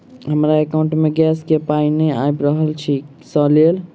हमरा एकाउंट मे गैस केँ पाई नै आबि रहल छी सँ लेल?